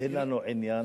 אין לנו עניין,